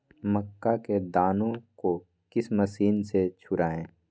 मक्का के दानो को किस मशीन से छुड़ाए?